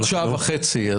עוד שעה וחצי.